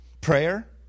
Prayer